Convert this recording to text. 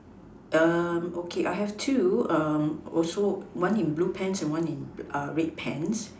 okay I have two one in blue pants and one in red pants